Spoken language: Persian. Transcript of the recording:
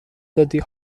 دادی